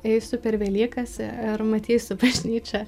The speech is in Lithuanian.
eisiu per velykas i ir matysiu bažnyčią